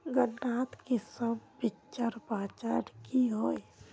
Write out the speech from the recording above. गन्नात किसम बिच्चिर पहचान की होय?